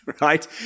right